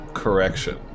correction